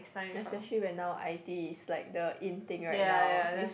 especially when now i_t is like the in thing right now with